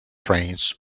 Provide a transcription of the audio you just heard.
trains